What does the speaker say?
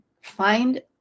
find